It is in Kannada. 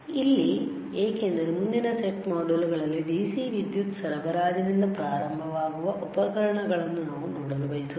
ಇಲ್ಲಿ ಏಕೆಂದರೆ ಮುಂದಿನ ಸೆಟ್ ಮಾಡ್ಯೂಲ್ಗಳಲ್ಲಿ DC ವಿದ್ಯುತ್ ಸರಬರಾಜಿನಿಂದ ಪ್ರಾರಂಭವಾಗುವ ಉಪಕರಣಗಳನ್ನು ನಾವು ನೋಡಲು ಬಯಸುತ್ತೇವೆ